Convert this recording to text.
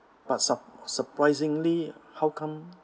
but sur~ surprisingly how come